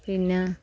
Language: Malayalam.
പിന്നെ